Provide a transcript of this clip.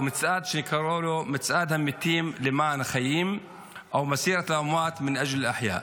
מצעד שקראו לו מצעד המתים למען החיים (אומר את השם בערבית).